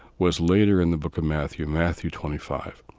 was later in the book of matthew, matthew twenty five.